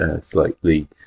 slightly